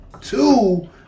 two